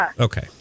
okay